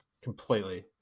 completely